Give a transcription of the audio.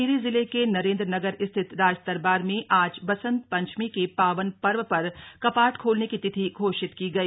टिहरी जिले के नरेंद्रनगर स्थित राजदरबार में आज बसंत पंचमी के पावन पर्व पर कपाट खोलने की तिथि घोषित की गई